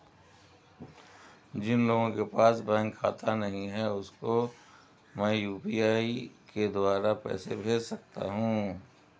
जिन लोगों के पास बैंक खाता नहीं है उसको मैं यू.पी.आई के द्वारा पैसे भेज सकता हूं?